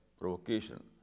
provocation